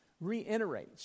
reiterates